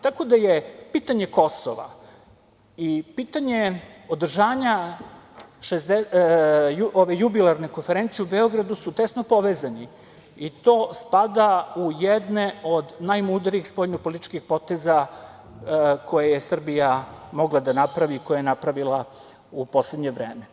Tako da su pitanje Kosova i pitanje održavanja jubilarne konferencije u Beogradu tesno povezani, i to spada u jedan od najmudrijih spoljnopolitičkih poteza koje je Srbija mogla da napravi i koje je napravila u poslednje vreme.